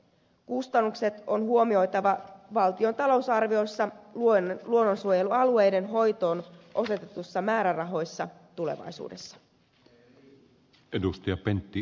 kustannukset on huomioitava valtion talousarviossa luonnonsuojelualueiden hoitoon osoitetuissa määrärahoissa tulevaisuudessa